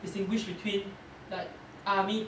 distinguish between like army